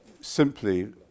simply